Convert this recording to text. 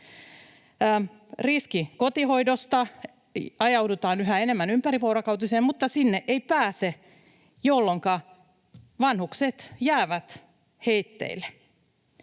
Riski kotihoidossa on, että ajaudutaan yhä enemmän ympärivuorokautiseen, mutta sinne ei pääse, jolloinka vanhukset jäävät heitteille.